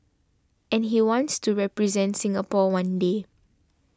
and he wants to represent Singapore one day